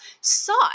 sought